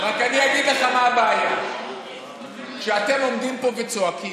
רק אני אגיד לך מה הבעיה: כשאתם עומדים פה וצועקים,